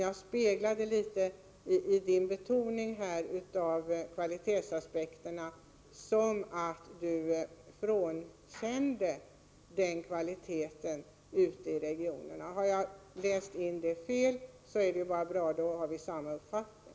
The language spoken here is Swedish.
Jag speglade Eva Hjelmströms betoning av kvalitetsaspekterna så som att hon frånkände regionerna den kvaliteten. Har jag läst in det fel är det bara bra. Då har vi samma uppfattning.